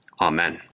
Amen